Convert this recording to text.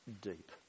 deep